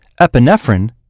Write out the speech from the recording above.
epinephrine